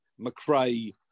McRae